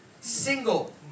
Single